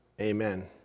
Amen